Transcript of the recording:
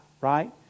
right